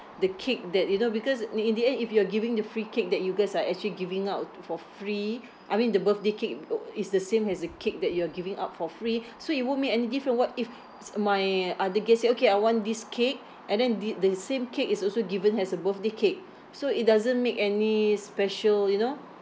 the cake that you know because ni~ in the end if you are giving the free cake that you guys are actually giving out for free I mean the birthday cake is the same as the cake that you are giving out for free so it won't make any difference what if s~ my other guest said okay I want this cake and then the the same cake is also given as a birthday cake so it doesn't make any special you know